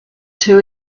two